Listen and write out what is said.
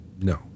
No